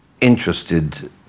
interested